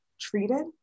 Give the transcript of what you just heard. treated